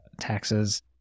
taxes